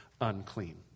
unclean